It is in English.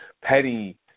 Petty